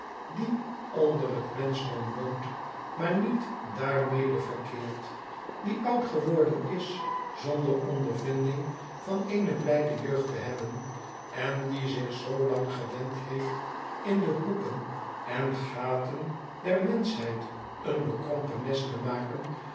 die onder het menschdom woont maar niet daarmede verkeert die oud geworden is zonder ondervinding van eene blijde jeugd te hebben en die zich zoolang gewend heeft in de hoeken en gaten der menschheid een bekrompen nest te maken